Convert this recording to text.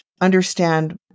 understand